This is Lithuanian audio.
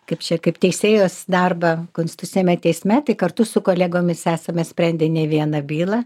kaip čia kaip teisėjos darbą konstituciniame teisme tai kartu su kolegomis esame sprendę ne vieną bylą